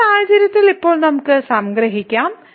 ഈ സാഹചര്യത്തിൽ ഇപ്പോൾ നമുക്ക് സംഗ്രഹിക്കാം